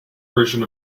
version